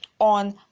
on